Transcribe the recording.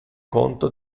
conto